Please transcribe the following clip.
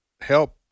help